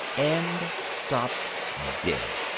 and stopped dead.